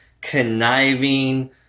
conniving